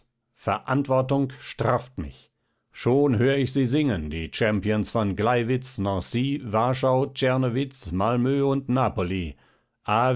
verantwortung strafft mich schon hör ich sie singen die champions von gleiwitz nancy warschau czernowitz malmö und napoli